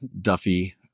Duffy